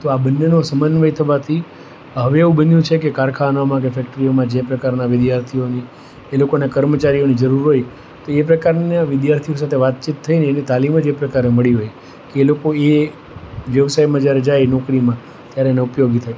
તો આ બંનેનો સમન્વય થવાથી અવે એવું બન્યું છે કે કારખાનામાં ફેક્ટરીમાં જે પ્રકારના વિદ્યાર્થીઓની એ લોકોના કર્મચારીઓની જરૂરિયાત હોય એ પ્રકારના વિદ્યાર્થીઓ સાથે વાતચીત થઈ એની તાલીમ જ એ પ્રકારે મળી હોય કે એ લોકોએ એ વ્યવસાયમાં જયારે જાય નોકરીમાં ત્યારે એનો ઉપયોગ બી થાય